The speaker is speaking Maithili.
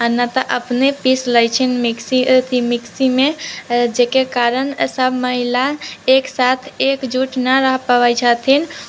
आओर नहि तऽ अपने पीसि लै छथिन मिक्सी अथी मिक्सीमे जकर कारण सब महिला एकसाथ एकजुट नहि रहि पबै छथिन